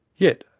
yet,